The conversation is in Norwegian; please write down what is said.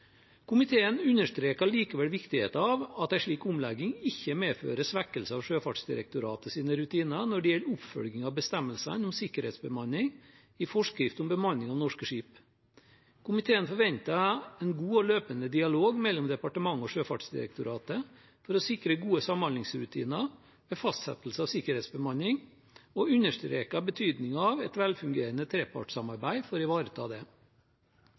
Komiteen understreker likevel viktigheten av at en slik omlegging ikke medfører svekkelse av Sjøfartsdirektoratets rutiner når det gjelder oppfølging av bestemmelsene om sikkerhetsbemanning i forskrift om bemanning av norske skip. Komiteen forventer en god og løpende dialog mellom departementet og Sjøfartsdirektoratet for å sikre gode samhandlingsrutiner ved fastsettelse av sikkerhetsbemanning og understreker betydningen av et velfungerende trepartssamarbeid for å ivareta det.